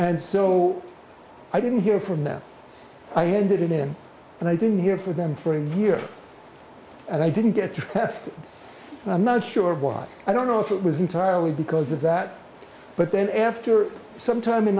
and so i didn't hear from them i handed in and i didn't hear for them for a year and i didn't get to have to i'm not sure why i don't know if it was entirely because of that but then after some time in